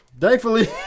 thankfully